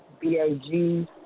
B-A-G